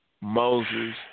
Moses